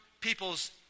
peoples